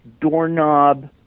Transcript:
doorknob